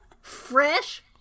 fresh